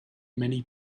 many